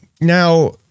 Now